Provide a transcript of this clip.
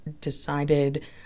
decided